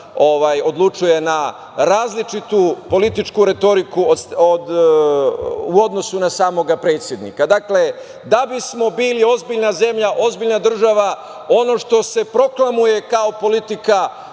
odlučuje na različitu političku retoriku u odnosu na samog predsednika. Dakle, da bismo bili ozbiljna zemlja, ozbiljna država, ono što se proklamuje kao politika,